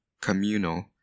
communal